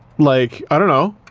like, i don't know.